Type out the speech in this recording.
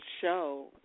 show